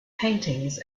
paintings